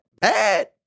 bad